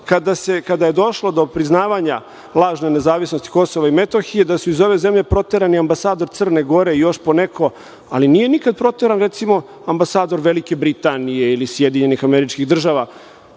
kada je došlo do priznavanja lažne nezavisnosti Kosova i Metohije, da su iz ove zemlje proterani ambasador Crne Gore i još poneko, ali nije nikad proteran, recimo, ambasador Velike Britanije ili SAD.Samo bih molio da